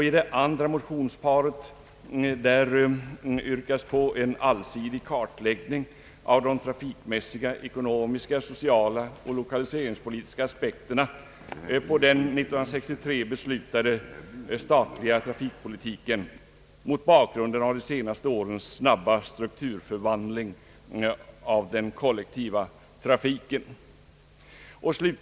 I det andra motionsparet yrkas på en allsidig kartläggning av de trafikmässiga, ekonomiska, sociala och lokaliseringspolitiska effekterna på den 1963 beslutade statliga trafikpolitiken mot bakgrunden av de senaste årens snabba strukturförvandling av den kollektiva trafiken.